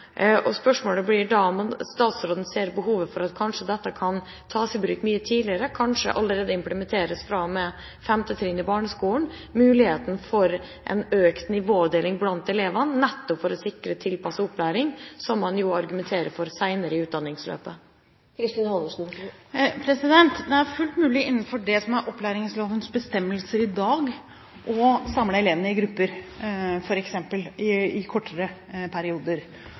Spørsmålet blir da om statsråden ser behovet for at dette kanskje kan tas i bruk mye tidligere – kanskje allerede implementeres fra og med femte trinn i barneskolen, med mulighet for en økt nivådeling blant elevene, nettopp for å sikre tilpasset opplæring, som man jo argumenterer for senere i utdanningsløpet. Det er fullt mulig innenfor opplæringslovens bestemmelser i dag f.eks. å samle elevene i grupper i kortere perioder. Representanten Hanekamhaug har helt rett i at det tilbudet vi gir i